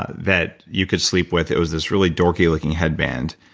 that you could sleep with. it was this really dorky looking headband.